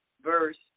verse